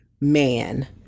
man